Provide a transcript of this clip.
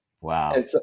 Wow